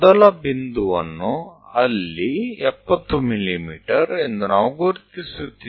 પહેલું બિંદુ આપણે ત્યાં ચિહ્નિત કરીએ છીએ